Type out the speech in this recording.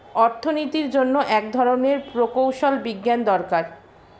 অর্থনীতির জন্য এক ধরনের প্রকৌশল বিজ্ঞান দরকার